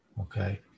Okay